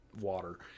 water